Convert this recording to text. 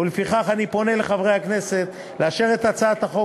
ולפיכך אני פונה לחברי הכנסת לאשר את הצעת החוק